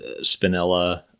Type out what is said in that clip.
Spinella